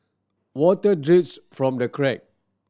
water drips from the crack